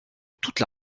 toute